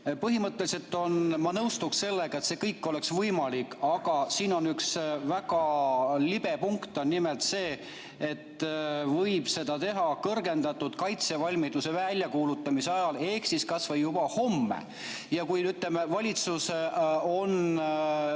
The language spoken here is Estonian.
Põhimõtteliselt ma nõustuks sellega, et see kõik oleks võimalik, aga siin on üks väga libe punkt. Nimelt see, et seda võib teha kõrgendatud kaitsevalmiduse väljakuulutamise ajal ehk kas või juba homme. Ütleme, et kui valitsus